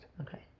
Okay